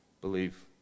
believe